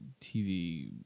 TV